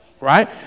Right